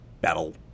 battle